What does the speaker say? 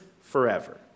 forever